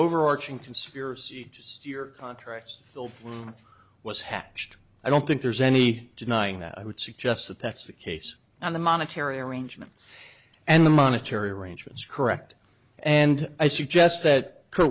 overarching conspiracy just year contracts still was hatched i don't think there's any denying that i would suggest that that's the case on the monetary arrangements and the monetary arrangements correct and i suggest that could